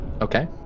Okay